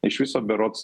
iš viso berods